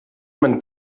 man